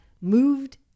moved